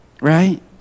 right